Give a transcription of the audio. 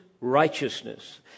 righteousness